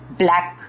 black